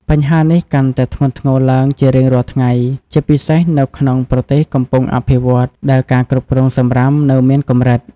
បញ្ហានេះកាន់តែធ្ងន់ធ្ងរឡើងជារៀងរាល់ថ្ងៃ ជាពិសេសនៅក្នុងប្រទេសកំពុងអភិវឌ្ឍន៍ ដែលការគ្រប់គ្រងសំរាមនៅមានកម្រិត។